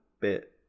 bit